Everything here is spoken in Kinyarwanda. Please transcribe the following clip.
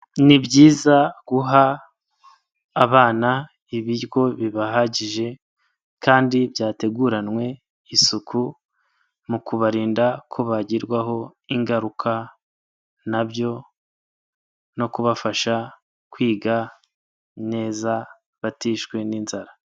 Ni byiza guha abana ibiryo bibahagije kandi byateguranwe isuku, mu kubarinda ko bagirwaho ingaruka na byo no kubafasha kwiga neza batishwe n'inzara.